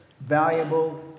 valuable